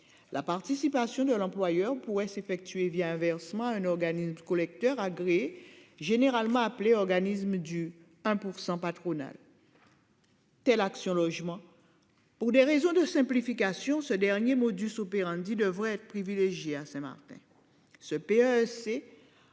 La participation de l'employeur pourrait s'effectuer via un versement un organisme collecteur agréé généralement appelés organismes du 1% patronal.--